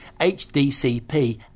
HDCP